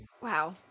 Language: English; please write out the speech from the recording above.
Wow